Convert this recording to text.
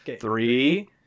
Three